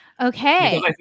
okay